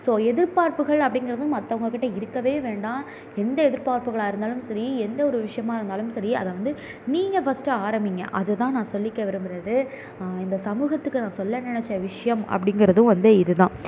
so எதிர்பார்ப்புகள் அப்படிங்கிறதும் மற்றவங்கக்கிட்ட இருக்கவே வேண்டாம் எந்த எதிர்பார்ப்புகளாக இருந்தாலும் சரி எந்த ஒரு விஷயமா இருந்தாலும் சரி அதை வந்து நீங்கள் ஃபஸ்ட்டு ஆரம்பியுங்க அதுதான் நான் சொல்லிக்க விரும்புகிறது இந்த சமூகத்துக்கு நான் சொல்ல நினைச்ச விஷயம் அப்படிங்கிறதும் வந்து இதுதான்